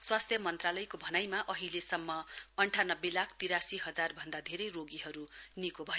स्वास्थ्य मन्त्रालयको भनाइमा अहिलेसम्म अन्ठानब्बे लाख तिरासी हजारभन्दा धेरै रोगीहरू निको भए